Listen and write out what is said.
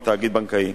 על תאגיד בנקאי.